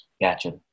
Gotcha